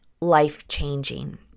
life-changing